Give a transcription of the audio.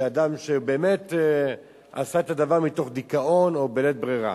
של אדם שבאמת עשה את הדבר מתוך דיכאון או בלית ברירה.